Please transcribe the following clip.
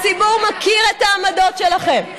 הציבור מכיר את העמדות שלכם.